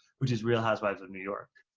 which is real housewives of new york.